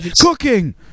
Cooking